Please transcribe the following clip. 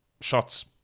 Shots